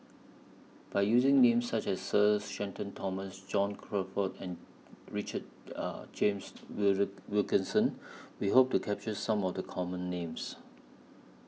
By using Names such as Sir Shenton Thomas John Crawfurd and Richard James Wilkinson We Hope to capture Some of The Common Names